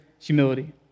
humility